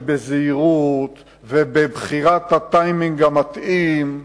ובזהירות ובבחירת הטיימינג המתאים.